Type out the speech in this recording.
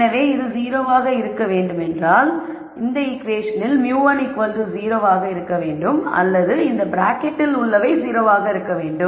எனவே இது 0 ஆக இருக்க வேண்டுமென்றால் இந்த ஈகுவேஷனில் μ10 ஆக இருக்க வேண்டும் அல்லது இந்த ப்ராக்கெட்டில் உள்ளவை 0 ஆக இருக்க வேண்டும்